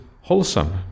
wholesome